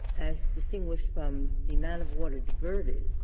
as distinguished from the amount of water diverted,